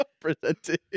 presented